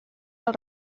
del